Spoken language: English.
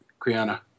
Kriana